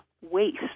waste